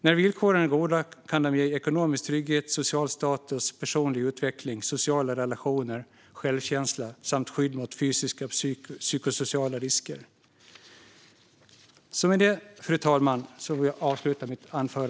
När villkoren är goda kan de ge ekonomisk trygghet, social status, personlig utveckling, sociala relationer, självkänsla samt skydd mot fysiska och psykosociala risker.